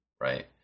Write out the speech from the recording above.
right